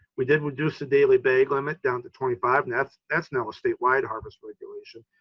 we did reduce the daily bag limit down to twenty five and that's that's now a statewide harvest regulation.